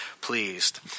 pleased